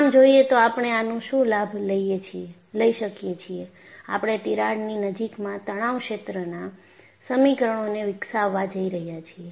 આમ જોયે તોઆપણે આનો શું લાભ લઈ શકીએ છીએ આપણે તિરાડ ની નજીકમાં તણાવ ક્ષેત્રના સમીકરણોને વિકસાવવા જઈ રહ્યા છીએ